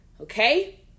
okay